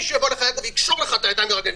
מישהו יבוא אליך ויקשור לך את הידיים ואת הרגליים,